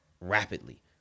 rapidly